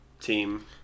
team